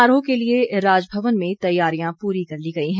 समारोह के लिए राजभवन में तैयारियां पूरी कर ली गई हैं